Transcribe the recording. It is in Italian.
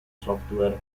software